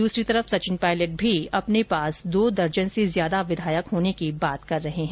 दूसरी तरफ सचिन पायलट भी अपने पास दो दर्जन से ज्यादा विधायक होने की बात कर रहे हैं